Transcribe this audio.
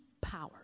power